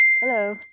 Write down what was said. hello